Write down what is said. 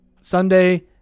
Sunday